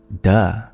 duh